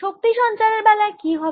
শক্তি সঞ্চারের বেলায় কি হবে